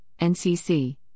NCC